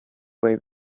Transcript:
way